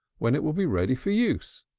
when it will be ready for use.